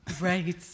Right